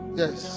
yes